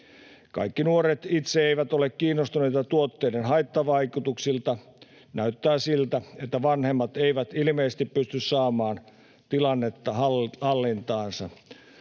Kaikki nuoret itse eivät ole kiinnostuneita tuotteiden haittavaikutuksista. Näyttää siltä, että vanhemmat eivät ilmeisesti pysty saamaan tilannetta hallintaansa.